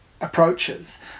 approaches